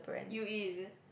u_e is it